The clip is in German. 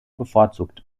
bevorzugt